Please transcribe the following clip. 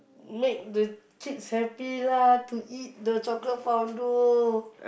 make the kids happy lah to eat the chocolate fondue